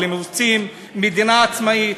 אבל הם רוצים מדינה עצמאית,